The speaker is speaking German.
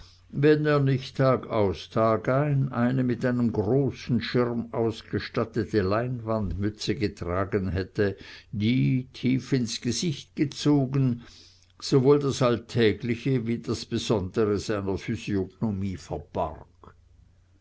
wenn er nicht tagaus tagein eine mit einem großen schirm ausgestattete leinwandmütze getragen hätte die tief ins gesicht gezogen sowohl das alltägliche wie das besondere seiner physiognomie verbarg